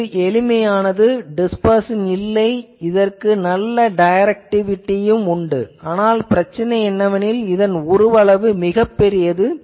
இது எளிமையானது இதில் டிஸ்பெர்சன் இல்லை இதற்கு நல்ல டைரக்டிவிட்டி உண்டு ஆனால் பிரச்சனை என்னவெனில் இதன் உருவளவு மிகப் பெரியது